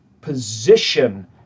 position